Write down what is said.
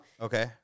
Okay